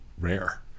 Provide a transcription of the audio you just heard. rare